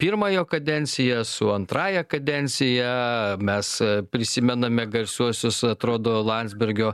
pirmą jo kadenciją su antrąja kadencija mes prisimename garsiuosius atrodo landsbergio